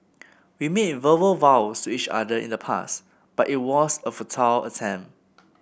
we made verbal vows to each other in the past but it was a futile attempt